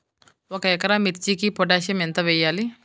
ఒక ఎకరా మిర్చీకి పొటాషియం ఎంత వెయ్యాలి?